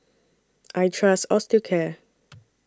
I Trust Osteocare